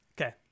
Okay